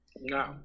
No